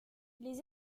les